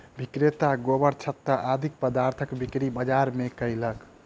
विक्रेता गोबरछत्ता आदि पदार्थक बिक्री बाजार मे कयलक